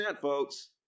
folks